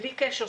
בלי קשר.